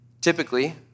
Typically